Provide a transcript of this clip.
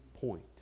point